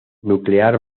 nuclear